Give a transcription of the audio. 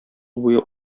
буе